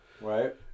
Right